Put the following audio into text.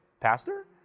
Pastor